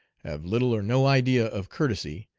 have little or no idea of courtesy,